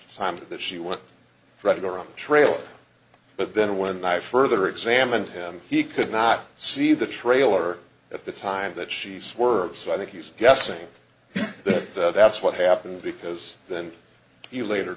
time that she went right on trail but then when i further examined him he could not see the trailer at the time that she swerved so i think he's guessing that's what happened because then you later